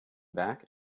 back